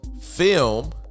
Film